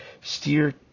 Steer